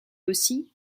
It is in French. aussi